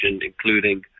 including